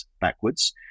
backwards